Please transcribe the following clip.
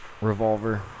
revolver